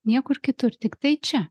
niekur kitur tiktai čia